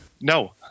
No